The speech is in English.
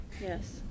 Yes